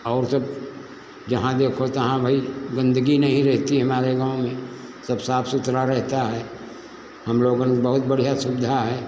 और सब जहाँ देखो तहाँ वही गंदगी नहीं रहती है हमारे गाँव में सब साफ सुथरा रहता है हम लोगन बहुत बढ़िया सुविधा है